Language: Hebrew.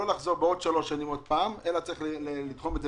לא לחזור לכאן שוב בעוד שלוש שנים אלא צריך לתחום את זה